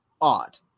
odd